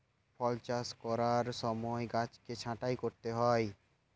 ফল চাষ করার সময় গাছকে ছাঁটাই করতে হয়